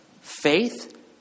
Faith